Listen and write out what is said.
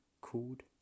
called